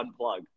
unplug